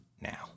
now